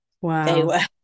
Wow